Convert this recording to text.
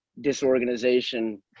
disorganization